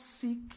seek